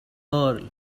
earl